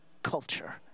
culture